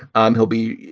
um he'll be,